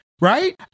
right